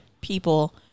people